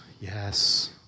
Yes